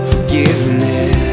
Forgiveness